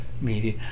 Media